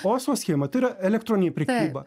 oso schema tai yra elektroninė prekyba